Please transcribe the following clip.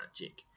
magic